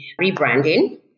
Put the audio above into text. rebranding